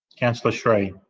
councillor sri